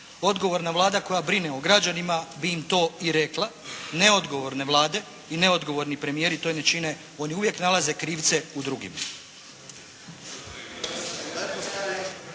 Odgovorna Vlada koja brine o građanima bi im to i rekla. Neodgovorne Vlade i neodgovorni premijeri to ne čine. Oni uvijek nalaze krivce u drugima.